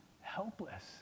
helpless